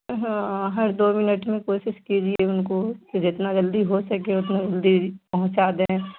ہاں ہر دو منٹ میں کوشش کیجیے ان کو کہ جتنا جلدی ہو سکے اتنا جلدی پہنچا دیں